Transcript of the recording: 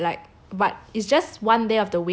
but it's just one day of the week but like